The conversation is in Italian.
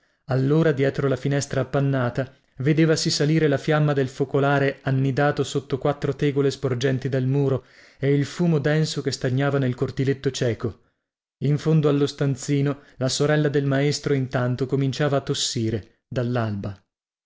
allora dietro la finestra appannata vedevasi salire la fiamma del focolare annidato sotto quattro tegole sporgenti dal muro e il fumo denso che stagnava nel cortiletto cieco in fondo allo stanzino la sorella del maestro intanto cominciava a tossire dallalba